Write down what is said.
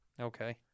Okay